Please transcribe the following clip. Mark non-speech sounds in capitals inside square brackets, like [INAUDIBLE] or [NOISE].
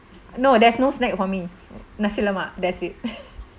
no there's no snack for me nasi lemak that's it [LAUGHS]